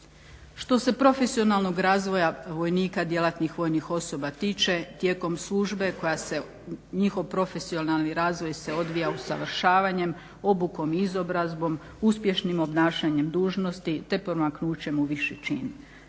Što se profesionalnog razvoja vojnika, djelatnih vojnih osoba tiče, tijekom službe koja se njihov profesionalni razvoj se odvija usavršavanjem, obukom i izobrazbom, uspješnim obnašanjem dužnosti te promaknućem u viši čin.